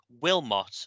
Wilmot